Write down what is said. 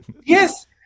Yes